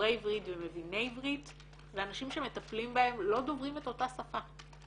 דוברי עברית ומביני עברית והאנשים שמטפלים בהם לא דוברים את אותה שפה.